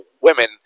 women